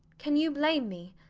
can you blame me?